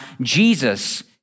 Jesus